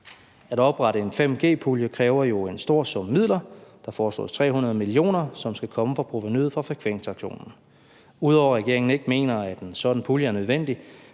At oprette en 5G-pulje kræver en stor sum af midler. Der foreslås 300 mio. kr., som skal komme fra provenuet fra frekvensauktionerne. Ud over at regeringen ikke mener, at en sådan pulje er nødvendig,